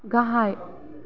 गाहाय